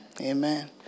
amen